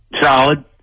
Solid